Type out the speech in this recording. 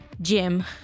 Jim